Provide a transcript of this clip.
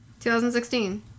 2016